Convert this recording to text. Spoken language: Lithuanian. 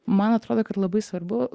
man atrodo kad labai svarbu